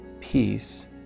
peace